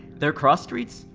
their cross-streets?